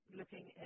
looking